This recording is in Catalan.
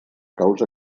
causa